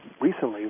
recently